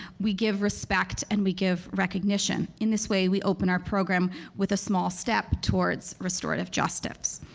we give respect and we give recognition. in this way we open our program with a small step towards restorative justice.